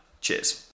Cheers